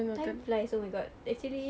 time flies oh my god actually